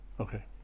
Okay